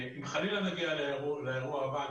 אם חלילה נגיע לאירוע הבא,